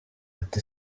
ati